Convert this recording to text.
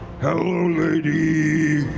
hello, lady.